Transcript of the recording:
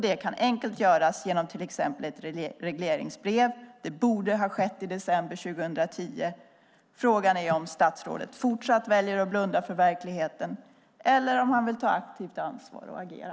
Det kan enkelt göras genom till exempel ett regleringsbrev. Det borde ha skett i december 2010. Frågan är om statsrådet fortsatt väljer att blunda för verkligenheten eller om han vill ta aktivt ansvar och agera.